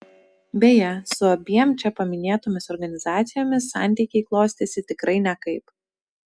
beje su abiem čia paminėtomis organizacijomis santykiai klostėsi tikrai nekaip